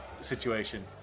situation